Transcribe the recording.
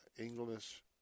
English